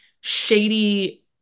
shady